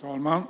Fru talman!